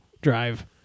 Drive